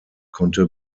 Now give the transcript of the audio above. konnte